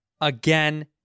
again